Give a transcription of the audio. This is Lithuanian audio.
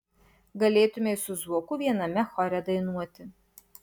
galėtumei su zuoku viename chore dainuoti